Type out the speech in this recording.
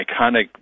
iconic